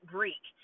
Greek